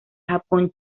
japón